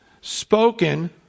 spoken